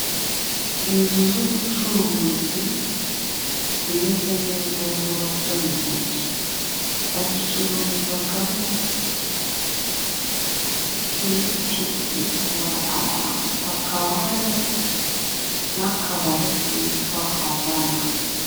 Inzu z 'ubucuruzi zimeze neza zubatswe mu mujyi bazicururizagamo imiti ivura abantu, hakaba hariho n'akabari kitwa havana.